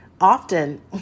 often